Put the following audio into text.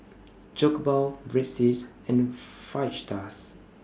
Jokbal Breadsticks and Fajitas